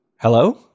Hello